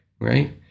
Right